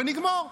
ונגמור.